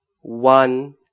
one